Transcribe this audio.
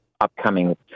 upcoming